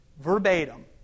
verbatim